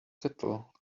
cattle